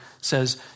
says